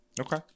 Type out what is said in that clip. okay